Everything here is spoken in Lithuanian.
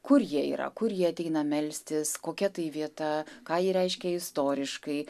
kur jie yra kur jie ateina melstis kokia tai vieta ką ji reiškia istoriškai